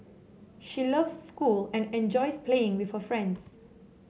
she loves school and enjoys playing with her friends